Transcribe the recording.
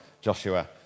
Joshua